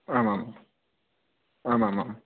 आम् आम् आम् आम् आम्